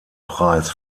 preis